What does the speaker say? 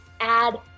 add